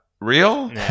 real